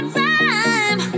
time